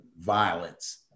violence